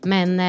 Men